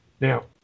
Now